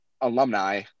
alumni